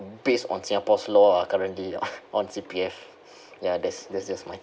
based on singapore's law ah currently on C_P_F ya that's that's just my